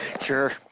Sure